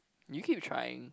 if you keep trying